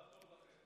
מזל טוב לכם.